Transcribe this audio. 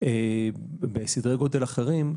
בסדרי גודל אחרים,